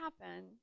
happen